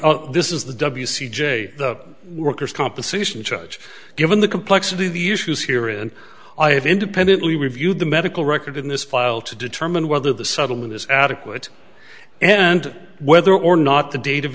given this is the w c j the workers compensation judge given the complexity of the issues here and i have independently reviewed the medical record in this file to determine whether the settlement is adequate and whether or not the date of